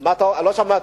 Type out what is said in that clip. לא שמעתי.